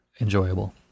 enjoyable